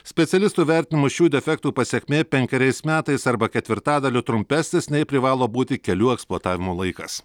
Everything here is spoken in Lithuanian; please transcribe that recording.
specialistų vertinimu šių defektų pasekmė penkeriais metais arba ketvirtadaliu trumpesnis nei privalo būti kelių eksploatavimo laikas